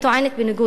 בניגוד לחוק,